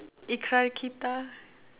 ikrar-kita